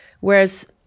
Whereas